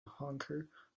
honker